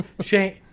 Shane